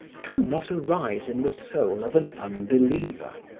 can not arise in the soul of an unbeliever.